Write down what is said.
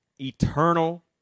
eternal